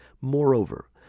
Moreover